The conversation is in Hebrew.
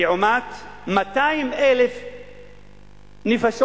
לעומת 200,000 נפש,